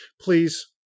please